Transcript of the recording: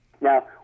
Now